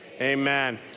Amen